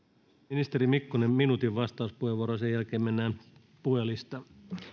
ministeri mikkonen minuutin vastauspuheenvuoro sen jälkeen mennään puhujalistaan